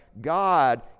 God